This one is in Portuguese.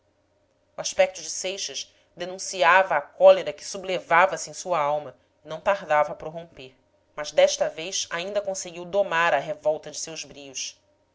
o aspecto de seixas denunciava a cólera que sublevava se em sua alma e não tardava a prorromper mas desta vez ainda conseguiu domar a revolta de seus brios